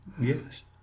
Yes